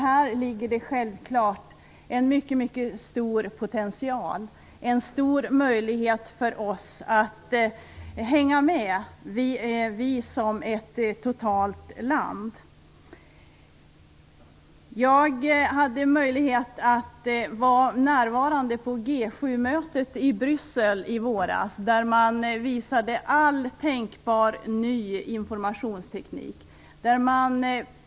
Här finns självklart en mycket stor potential, en stor möjlighet, för landet som helhet att hänga med. I våras hade jag möjlighet att vara med på G 7 mötet i Bryssel. Man visade där all tänkbar ny informationsteknik.